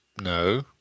No